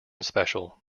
special